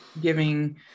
giving